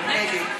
נגד